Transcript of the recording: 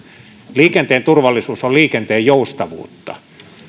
liikenteen turvallisuus on liikenteen joustavuutta